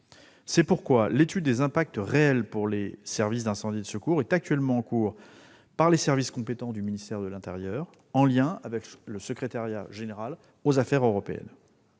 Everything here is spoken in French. C'est pourquoi l'étude des impacts réels pour les services d'incendie et de secours est en cours par les services compétents du ministère de l'intérieur, en lien avec le secrétariat général aux affaires européennes.